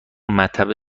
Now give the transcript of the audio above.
مطب